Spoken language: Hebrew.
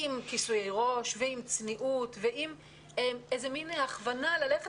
עם כיסויי ראש ועם צניעות ועם איזה מן הכוונה ללכת